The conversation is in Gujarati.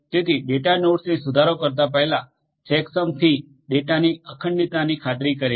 તેથી તે ડેટાનોડ્સને સુધારો કરતા પહેલા ચેક સમથી ડેટાની અખંડિતતાની ખાતરી કરે છે